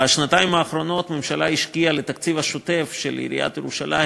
בשנתיים האחרונות הממשלה השקיעה בתקציב השוטף של עיריית ירושלים,